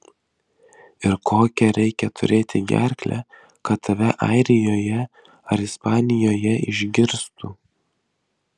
ir kokią reikia turėti gerklę kad tave airijoje ar ispanijoje išgirstų